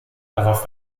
darauf